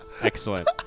Excellent